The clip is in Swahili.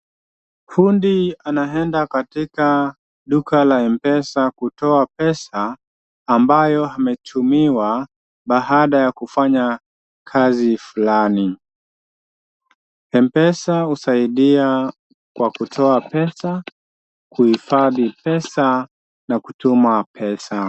Fundi anaenda katika duka la mpesa kutoa pesa, ambayo ametumiwa baada ya kufanya kazi fulani. Mpesa husaidia kwa kutoa pesa, kuhifadhi pesa na kutuma pesa.